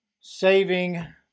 saving